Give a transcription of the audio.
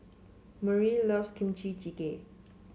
Merle loves Kimchi Jjigae